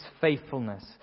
faithfulness